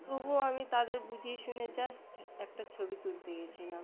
তবুও আমি তাদের বুঝিয়ে শুনিয়ে জাস্ট একটা ছবি তুলতে গেছিলাম